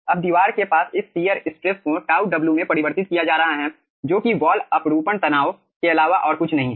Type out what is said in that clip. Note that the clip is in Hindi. अब दीवार के पास इस शियर स्ट्रेस को τw में परिवर्तित किया जा रहा है जो कि वॉल अपरूपण तनाव के अलावा और कुछ नहीं है